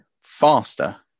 faster